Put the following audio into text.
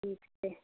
ठीक छै